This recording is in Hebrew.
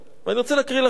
ואני רוצה להקריא לכם,